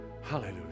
hallelujah